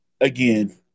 again